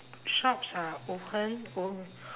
shops are open on~